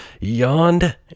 yawned